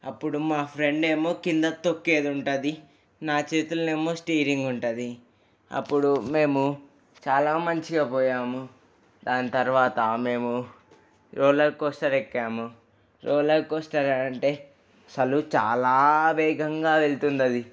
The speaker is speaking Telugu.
అప్పుడు మా ఫ్రెండ్ ఏమో కింద తొక్కేది ఉంటది నా చేతిలోనేమో స్టీరింగ్ ఉంటుంది అప్పుడు మేము చాలా మంచిగా పోయాము దాని తర్వాత మేము రోలర్ కోస్టర్ ఎక్కాము రోలర్ కోస్టర్ అంటే అసలు చాలా వేగంగా వెళుతుంది అది